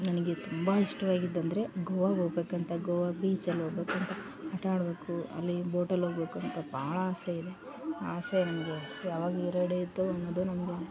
ನನಗೆ ತುಂಬ ಇಷ್ಟಾವಾಗಿದ್ದಂದ್ರೆ ಗೋವಾಗೆ ಹೋಗಬೇಕಂತ ಗೋವ ಬೀಚ್ ಅಲ್ಲಿ ಹೋಬೇಕಂತ ಆಟವಾಡಬೇಕು ಅಲ್ಲಿ ಬೋಟಲ್ ಹೋಗಬೇಕು ಅಂತ ಭಾಳ ಆಸೆ ಇದೆ ಆ ಆಸೆ ನಂಗೆ ಯಾವಾಗ ಇಡುತ್ತೋ ಅನ್ನೋದು ನಂಗೆ